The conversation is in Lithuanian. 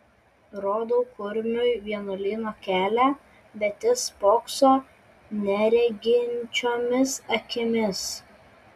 rodau kurmiui vienuolyno kelią bet jis spokso nereginčiomis akimis